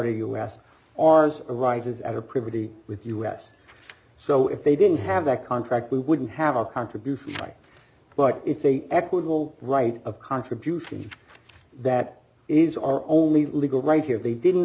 us ours arises out of privity with us so if they didn't have that contract we wouldn't have a contribution but it's a equitable right of contribution that is our only legal right here they didn't